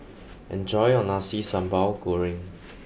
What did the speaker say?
enjoy your Nasi Sambal Goreng